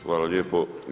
Hvala lijepo.